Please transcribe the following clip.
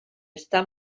està